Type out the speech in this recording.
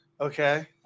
Okay